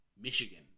Michigan